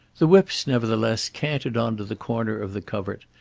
the whips, nevertheless, cantered on to the corner of the covert,